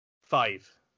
Five